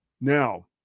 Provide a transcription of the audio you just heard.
Now